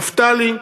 נפתלי,